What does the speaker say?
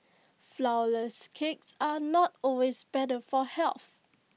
Flourless Cakes are not always better for health